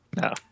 No